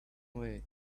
away